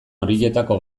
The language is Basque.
horietako